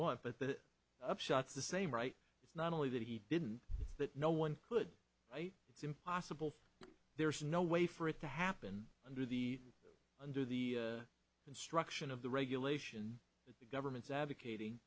want but the upshot is the same right it's not only that he didn't that no one could say it's impossible there's no way for it to happen under the under the instruction of the regulation that the government's advocating